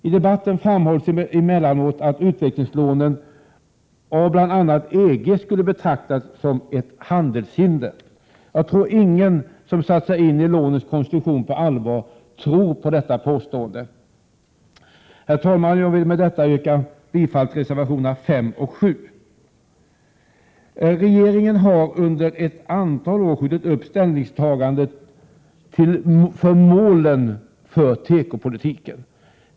I debatten framhålls emellanåt att utvecklingslån av bl.a. EG skulle kunna betraktas som ett handelshinder. Jag tror ingen som har satt sig in i lånets konstruktion på allvar tror på detta påstående. Herr talman! Jag vill med detta yrka bifall till reservationerna 5 och 7. Regeringen har ett antal år skjutit upp ställningstagandet när det gäller målen för tekopolitiken.